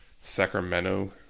Sacramento